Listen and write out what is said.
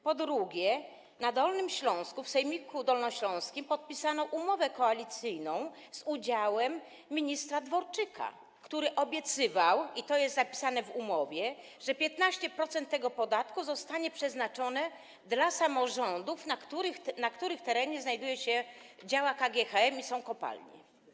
Po drugie, na Dolnym Śląsku, w sejmiku dolnośląskim, podpisano umowę koalicyjną z udziałem ministra Dworczyka, który obiecywał, i to jest zapisane w umowie, że 15% tego podatku zostanie przeznaczone dla samorządów, na których terenie działa KGHM i są kopalnie.